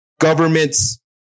government's